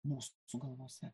mūsų galvose